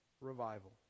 revival